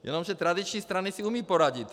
Jenomže tradiční strany si umí poradit.